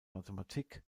mathematik